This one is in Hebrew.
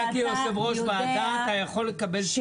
כיושב ראש וועדה אתה יכול לקבל תשובה.